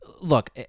look